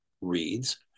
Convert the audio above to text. reads